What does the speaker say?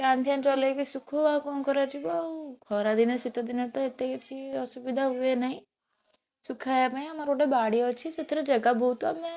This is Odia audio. ଫ୍ୟାନ ଫ୍ୟାନ ଚଲାଇକି ଶୁଖଉ ଆଉ କ'ଣ କରାଯିବ ଆଉ ଖରାଦିନେ ଶୀତଦିନେ ତ ଏତେ କିଛି ଅସୁବିଧା ହୁଏନାହିଁ ଶୁଖାଇବା ପାଇଁ ଆମର ଗୋଟେ ବାଡ଼ି ଅଛି ସେଥିରେ ଜେଗା ବହୁତ ଆମେ